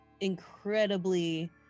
incredibly